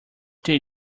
they